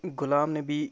Ghulam Nabi